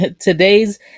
today's